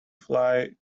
fly